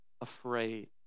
afraid